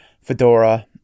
fedora